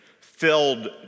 filled